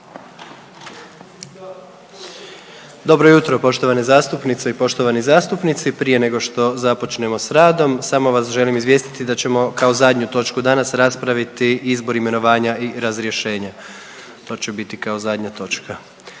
Dobro jutro poštovane zastupnice i poštovani zastupnici. Prije nego što započnemo s radom samo vas želim izvijestiti da ćemo kao zadnju točku danas raspraviti izbor, imenovanja i razrješenja. To će biti kao zadnja točka.